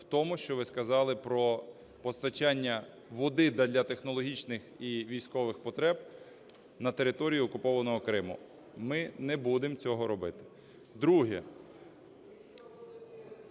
в тому, що ви сказали про постачання води для технологічних і військових потреб на територію окупованого Криму. Ми не будемо цього робити. Друге…